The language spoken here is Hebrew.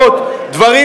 יצרתם.